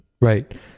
right